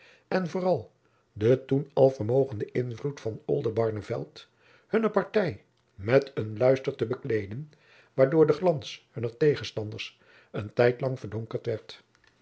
en vooral den toen alvermogenden invloed van oldenbarneveld hunne partij met een luister te bekleeden waardoor de glans hunner tegenstanders een tijd lang verdonkerd werd